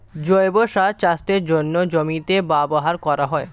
জৈব সার চাষের জন্যে জমিতে ব্যবহার করা হয়